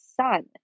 son